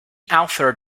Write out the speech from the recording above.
authored